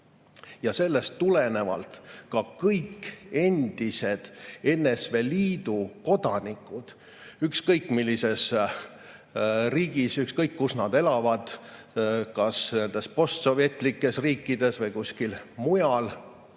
Sellest tulenevalt ka kõik endised NSV Liidu kodanikud ükskõik millises riigis, ükskõik kus nad elavad, kas postsovetlikes riikides või kuskil mujal,